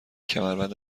کمربند